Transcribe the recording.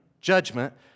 judgment